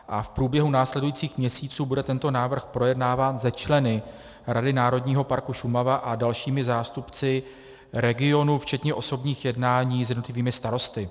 V průběhu následujících měsíců bude tento návrh projednáván se členy Rady Národního parku Šumava a dalšími zástupci regionu včetně osobních jednání s různými starosty.